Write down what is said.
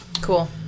Cool